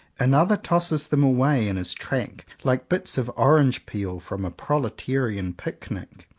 another tosses them away in his track like bits of orange peel from a proletarian picnic.